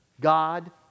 God